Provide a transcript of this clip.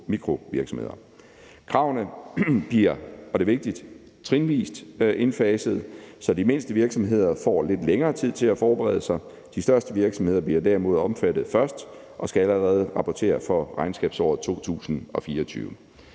mikrovirksomheder. Kravene bliver – og det er vigtigt – trinvis indfaset, så de mindste virksomheder får lidt længere tid til at forberede sig, mens de største virksomheder derimod bliver omfattet først og allerede skal rapportere for regnskabsåret 2024.